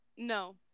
No